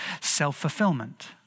self-fulfillment